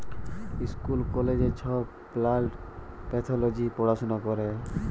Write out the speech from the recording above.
school কলেজে ছব plant pathology পড়াশুলা ক্যরে